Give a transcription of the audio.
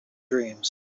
dreams